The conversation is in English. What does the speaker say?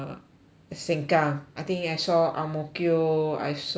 seng kang I think I saw ang mo kio I saw